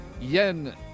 Yen